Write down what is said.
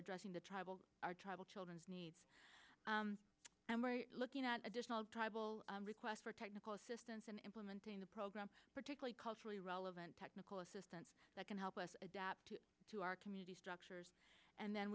addressing the tribal our tribal children's needs and we're looking at additional tribal requests for technical assistance in implementing the program particularly culturally relevant technical assistance that can help us adapt to our community structures and then